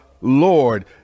Lord